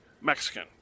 Mexican